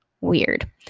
weird